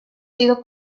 sido